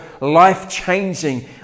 life-changing